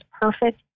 perfect